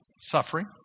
Suffering